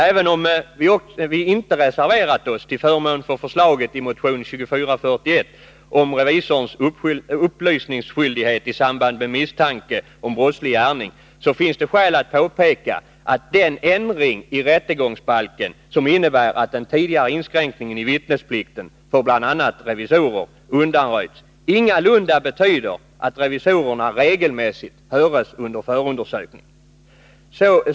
Även om vi inte reserverat oss till förmån för förslaget i motion 2441 om revisorns upplysningsskyldighet i samband med misstanke om brottslig gärning, finns det skäl att påpeka att den ändring i rättegångsbalken som innebär att den tidigare inskränkningen i vittnesplikten för bl.a. revisorer undanröjts ingalunda betyder att revisorerna regelmässigt hörs under förundersökning.